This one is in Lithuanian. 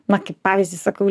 na kaip pavyzdį sakau